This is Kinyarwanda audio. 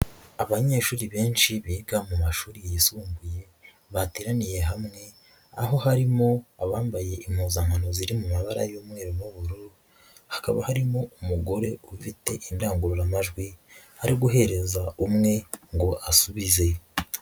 Abanyeshuri benshi biga mu mashuri yisumbuye bateraniye hamwe, aho harimo abambaye impuzankano ziri mu mabara y'umweru n'ubururu, hakaba harimo umugore ufite indangururamajwi ari guhereza umwe ngo asubize.